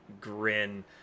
grin